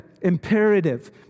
imperative